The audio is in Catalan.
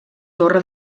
torre